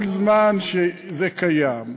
כל זמן שזה קיים,